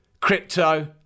crypto